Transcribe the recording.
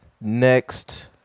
Next